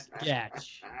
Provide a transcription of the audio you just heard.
sketch